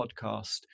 Podcast